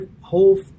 whole